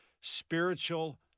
spiritual